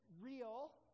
real